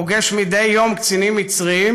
הפוגש מעשה יום קצינים מצרים,